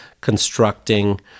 constructing